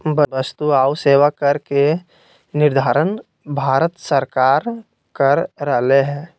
वस्तु आऊ सेवा कर के निर्धारण भारत सरकार कर रहले हें